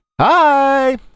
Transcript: Hi